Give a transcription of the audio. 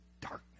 darkness